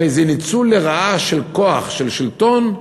הרי זה ניצול לרעה של כוח, של שלטון,